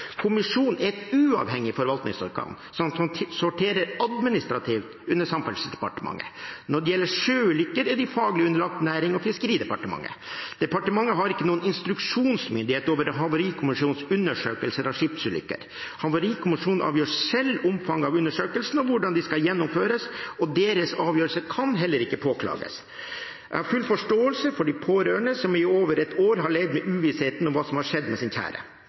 Kommisjonen er et uavhengig forvaltningsorgan som sorterer administrativt under Samferdselsdepartementet. Når det gjelder sjøulykker, er de faglig underlagt Nærings- og fiskeridepartementet. Departementet har ikke noen instruksjonsmyndighet over Havarikommisjonens undersøkelser av skipsulykker. Havarikommisjonen avgjør selv omfanget av undersøkelsen og hvordan de skal gjennomføres, og deres avgjørelse kan heller ikke påklages. Jeg har full forståelse for de pårørende, som i over et år har levd i uvissheten om hva som har skjedd med deres kjære.